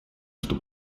что